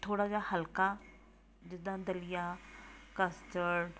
ਥੋੜ੍ਹਾ ਜਿਹਾ ਹਲਕਾ ਜਿੱਦਾਂ ਦਲੀਆਂ ਕਸਟਡ